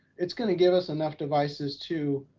it's gonna give us enough devices to,